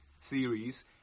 series